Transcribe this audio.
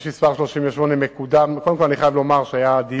אין תשתית בטיחותית וברוב קטעי הכביש אין שוליים רחבים ומעקה הפרדה.